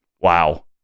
Wow